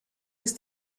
ist